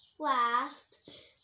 Last